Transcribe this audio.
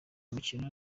mukino